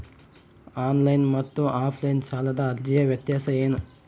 Online ಮತ್ತು offline ಸಾಲದ ಅರ್ಜಿಯ ವ್ಯತ್ಯಾಸ ಏನು?